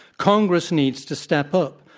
congress needs to step up.